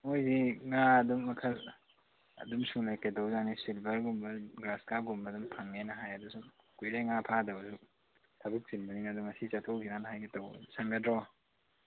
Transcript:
ꯃꯣꯏꯗꯤ ꯉꯥ ꯑꯗꯨꯝ ꯃꯈꯜ ꯑꯗꯨꯝ ꯁꯨꯅ ꯂꯩ ꯀꯩꯗꯧꯖꯥꯅꯤ ꯁꯤꯜꯕꯔꯒꯨꯝꯕ ꯒ꯭ꯔꯥꯁ ꯀꯥꯞꯒꯨꯝꯕ ꯑꯗꯨꯝ ꯐꯪꯉꯦꯅ ꯍꯥꯏ ꯑꯗꯨ ꯁꯨꯝ ꯀꯨꯏꯔꯦ ꯉꯥ ꯐꯥꯗꯕꯁꯨ ꯊꯕꯛ ꯆꯤꯟꯕꯅꯤꯅ ꯑꯗꯣ ꯉꯁꯤ ꯆꯠꯊꯣꯛꯎꯁꯤꯔꯅ ꯍꯥꯏꯒꯦ ꯇꯧꯕ ꯁꯪꯒꯗ꯭ꯔꯣ